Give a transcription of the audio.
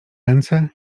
ręce